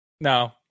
no